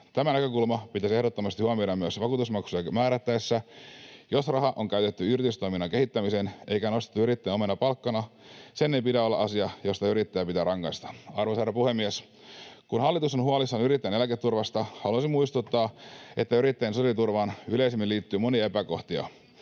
Tämä näkökulma pitäisi ehdottomasti huomioida myös vakuutusmaksujakin määrättäessä. Jos raha on käytetty yritystoiminnan kehittämiseen eikä nostettu yrittäjän omana palkkana, sen ei pidä olla asia, josta yrittäjää pitää rangaista. Arvoisa herra puhemies! Kun hallitus on huolissaan yrittäjän eläketurvasta, haluaisin muistuttaa, että yrittäjän sosiaaliturvaan yleisemmin liittyy monia epäkohtia.